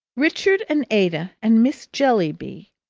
richard and ada, and miss jellyby,